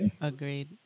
Agreed